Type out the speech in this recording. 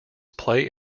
play